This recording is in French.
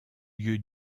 lieu